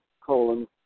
colon